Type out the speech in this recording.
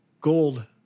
gold